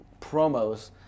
promos